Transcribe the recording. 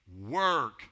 work